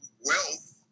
wealth